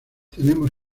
tenemos